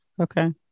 Okay